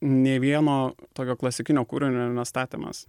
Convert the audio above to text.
nei vieno tokio klasikinio kūrinio nestatėm mes